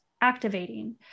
activating